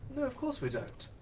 no, of course we don't.